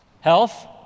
health